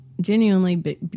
genuinely